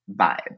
vibe